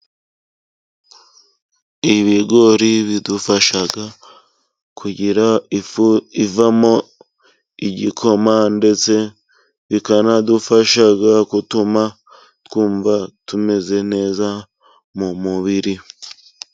Ibigori bidufasha kugira ifu ivamo igikoma, ndetse bikanadufasha gutuma twumva tumeze neza mu mubiri.